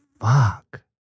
fuck